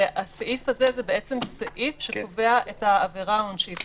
והסעיף הזה זה בעצם סעיף שקובע את העבירה העונשית.